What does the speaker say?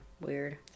weird